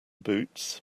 boots